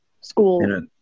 school